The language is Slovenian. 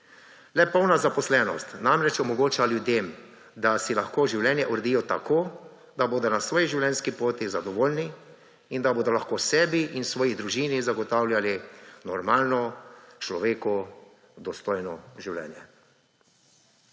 Le polna zaposlenost namreč omogoča ljudem, da si lahko življenje uredijo tako, da bodo na svoji življenjski poti zadovoljni in da bodo lahko sebi in svoji družini zagotavljali normalno človeku dostojno življenje.